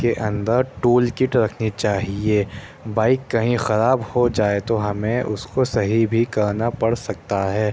کے اندر tool kit رکھنی چاہیے بائک کہیں خراب ہو جائے تو ہمیں اس کو صحیح بھی کرنا پڑ سکتا ہے